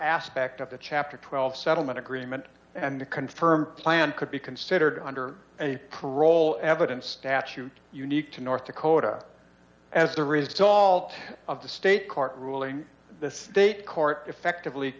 aspect of the chapter twelve settlement agreement and to confirm plan could be considered under any parole evidence statute unique to north dakota as the result of the state court ruling the state court effectively